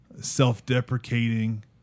Self-deprecating